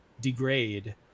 degrade